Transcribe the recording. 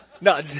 No